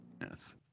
Yes